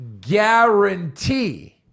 guarantee